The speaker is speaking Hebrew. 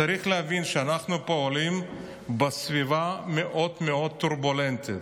צריך להבין שאנחנו פועלים בסביבה מאוד מאוד טורבולנטית.